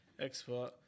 expert